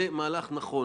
זה יהיה מהלך נכון.